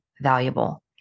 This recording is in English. valuable